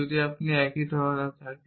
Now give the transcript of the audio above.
যদি তাদের একই ধরণের থাকে